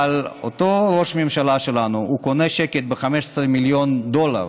אבל אותו ראש ממשלה שלנו קונה שקט ב-15 מיליון דולר: